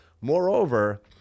Moreover